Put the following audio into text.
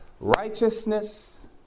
Righteousness